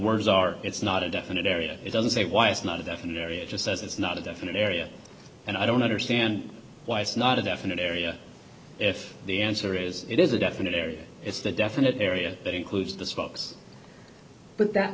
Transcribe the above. words are it's not a definite area it doesn't say why it's not a definite area just says it's not a definite area and i don't understand why it's not a definite area if the answer is it is a definite area it's the definite area that includes those folks but that